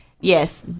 yes